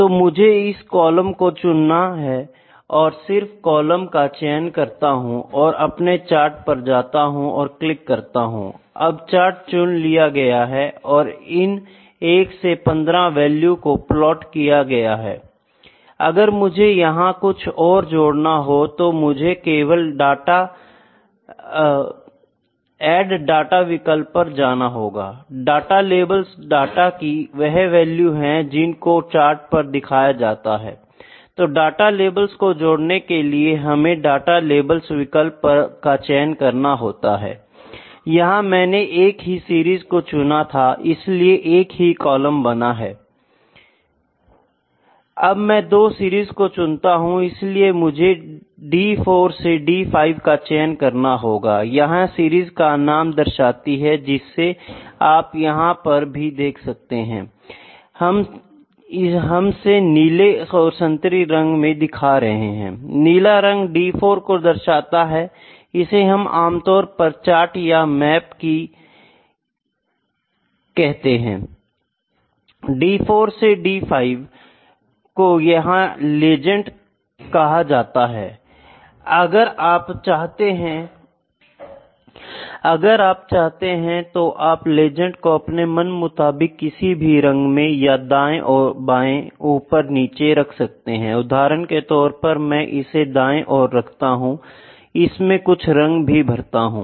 तो मुझे इस कॉलम को चुनना है और सिर्फ कॉलम का चयन करता हूं तथा अपने चार्ट पर जाता हूं और क्लिक करता हूं I अब चार्ट चुन लिया गया है और इन 1 से 15 वैल्यू को प्लॉट कर दिया गया है I अगर मुझे यहां कुछ और जोड़ना हो तो मुझे केवल एड डाटा विकल्प पर जाना होगा I डाटा लेबल्स डाटा कि वह वैल्यू है जिनको चार्ट पर दिखाया जाता है I तो डाटा लेबल्स को जोड़ने के लिए हमें डाटा लेबल्स विकल्प का चयन करना होगा I यहां मैंने एक ही सीरीज को चुना था इसलिए एक ही कॉलम बना है I अब मैं दो सीरीज को चुनता हूं इसलिए मुझे D4 और D5 का चयन करना होगा I यह सीरीज का नाम दर्शाती है जिसे आप यहां पर भी देख सकते हैं I हमसे नीले और संतरी रंग में दिखा रहे हैं I नीला रंग D4 को दर्शाता है इसे हम आमतौर पर चार्ट या मैप की की कहते हैं I D4 और D5 को यहां लेजंड कहा जाता है I अगर आप चाहते हैं तो आप लेजंड को अपने मन मुताबिक किसी भी रंग में या दाएं बाएं ऊपर या नीचे रख सकते हैं I उदाहरण के तौरपर मैं इसे दाये ओर रखता हूँ और इसमें कुछ रंग भी भरता हूँ